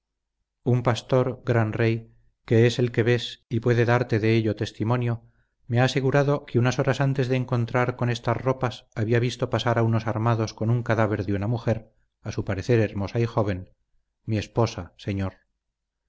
un pastor gran rey que es el que ves y puede darte de ello testimonio me ha asegurado que unas horas antes de encontrar con estas ropas había visto pasar a unos armados con un cadáver de una mujer a su parecer hermosa y joven mi esposa señor